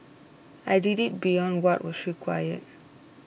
I did it beyond what was required